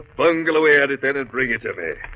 bungalow irritated bring it away